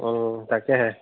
অ তাকেহে